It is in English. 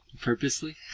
Purposely